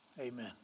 amen